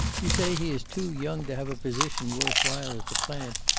you say he is too young to have a position worth while at the plant,